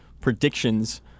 predictions